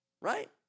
right